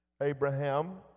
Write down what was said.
Abraham